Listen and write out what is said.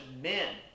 men